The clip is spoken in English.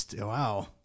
wow